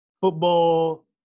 football